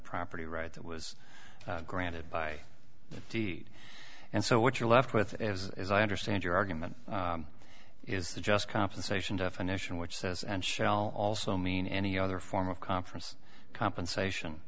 property right that was granted by deed and so what you're left with as i understand your argument is the just compensation definition which says and shell also mean any other form of conference compensation